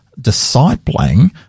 discipling